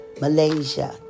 Malaysia